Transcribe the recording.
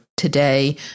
Today